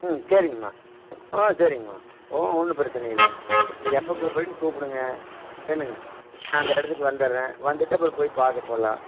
ம் சரிங்கம்மா ஆ சரிங்கம்மா ஆ ஒன்றும் பிரச்சின இல்லை நீங்கள் எப்போ கூப்பிட்றிங்க கூப்பிடுங்க என்னங்க நான் அந்த இடத்துக்கு வந்துடுறேன் வந்துட்டு அப்புறம் போய் பார்க்க போகலாம்